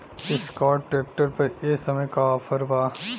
Escort tractor पर ए समय का ऑफ़र बा?